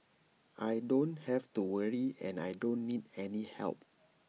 I don't have to worry and I don't need any help